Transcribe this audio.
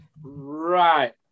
Right